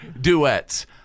Duets